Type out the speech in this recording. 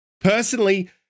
personally